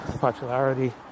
popularity